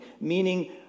meaning